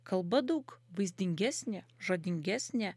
kalba daug vaizdingesnė žodingesnė